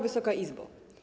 Wysoka Izbo!